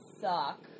suck